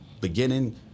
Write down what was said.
beginning